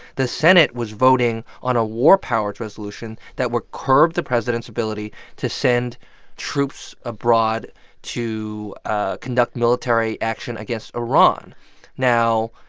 the senate was voting on a war powers resolution that would curb the president's ability to send troops abroad to ah conduct military action against iran now,